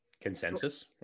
consensus